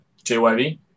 JYB